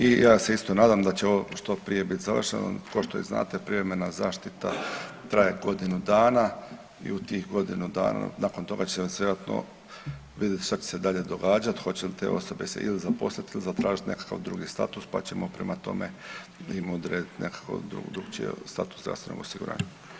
I ja se isto nadam da će ovo što prije biti završeno, ko što i znate privremena zaštita traje godinu dana i u tih godinu dana, nakon toga će se vjerojatno vidjet što će se dalje događat, hoće li te osobe se ili zaposlit ili zatražit nekakav drugi status pa ćemo prema tome im odredit nekako drukčije status zdravstvenog osiguranja.